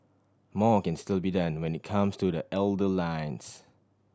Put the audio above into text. more can still be done when it comes to the older lines